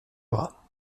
bras